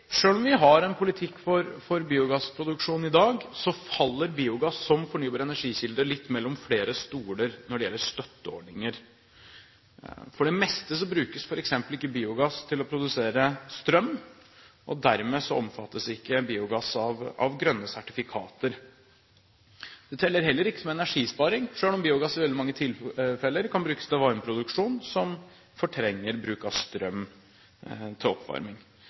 om vi har en politikk for biogassproduksjon i dag, faller biogass som fornybar energikilde litt mellom flere stoler når det gjelder støtteordninger. For det meste brukes f.eks. ikke biogass til å produsere strøm, og dermed omfattes ikke biogass av grønne sertifikater. Det teller heller ikke som energisparing, selv om biogass i veldig mange tilfeller kan brukes til varmeproduksjon, som fortrenger bruk av strøm til oppvarming.